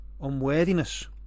unworthiness